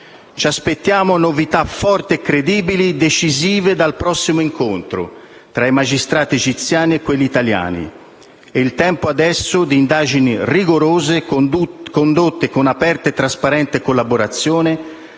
Ci aspettiamo novità forti, credibili e decisive dal prossimo incontro tra i magistrati egiziani e quelli italiani. È il tempo adesso di indagini rigorose, condotte con aperta e trasparente collaborazione,